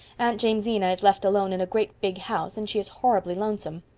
aunt jamesina is left alone in a great big house, and she is horribly lonesome.